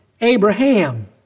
Abraham